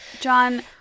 John